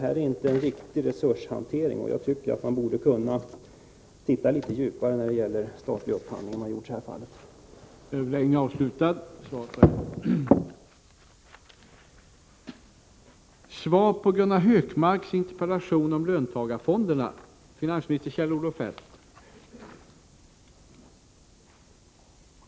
Detta är inte en riktig resurshantering, och jag tycker att man borde kunna se litet djupare på den statliga upphandlingen, eftersom man har gjort på detta sätt i det aktuella fallet.